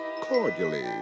cordially